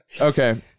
Okay